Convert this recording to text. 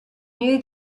knew